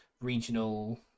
regional